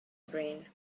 brain